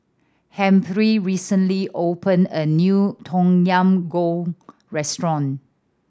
Humphrey recently opened a new Tom Yam Goong restaurant